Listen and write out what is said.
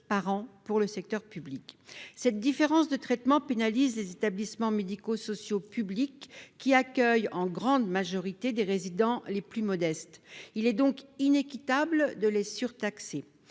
Cette différence de traitement pénalise les établissements médico-sociaux publics, qui accueillent la grande majorité des résidents les plus modestes. Il est donc inéquitable de les surtaxer.